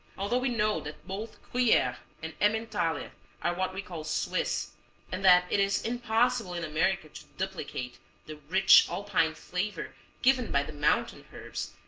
although we know that both gruyere and emmentaler are what we call swiss and that it is impossible in america to duplicate the rich alpine flavor given by the mountain herbs,